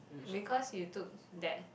because you took that